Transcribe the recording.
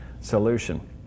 solution